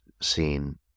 seen